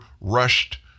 rushed